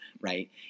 right